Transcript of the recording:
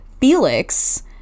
Felix